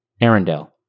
Arendelle